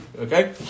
Okay